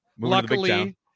luckily